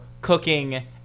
cooking